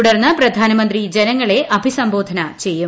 തുടർന്ന് പ്രധാനമന്ത്രി ജനങ്ങളെ അഭിസംബോധന ചെയ്യും